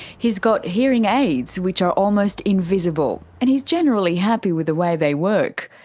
he's got hearing aids, which are almost invisible, and he's generally happy with the way they work.